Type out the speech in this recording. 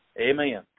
Amen